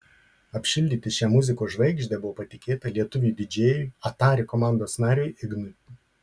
apšildyti šią muzikos žvaigždę buvo patikėta lietuviui didžėjui atari komandos nariui ignui